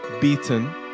beaten